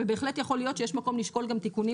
ובהחלט יכול להיות שיש מקום לשקול גם תיקונים